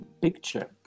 picture